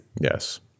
Yes